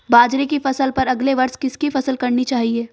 बाजरे की फसल पर अगले वर्ष किसकी फसल करनी चाहिए?